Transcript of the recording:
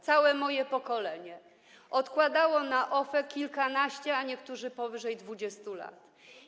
Całe moje pokolenie odkładało na OFE kilkanaście, a niektórzy powyżej 20 lat.